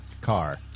car